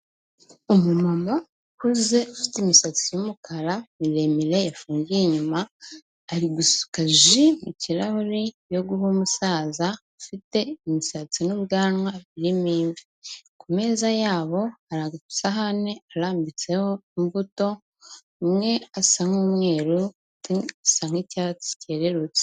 Umuma ukuze ufite imisatsi y'umukara miremire yafungiye inyuma ari gusuka ji mu kirahure yo guha umusaza ufite imisatsi n'ubwanwa birimo imvi. Ku meza yabo hari amasahani arambitseho imbuto, imwe isa nk'umweru indi isa nk'icyatsi cyerurutse.